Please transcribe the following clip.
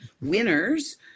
winners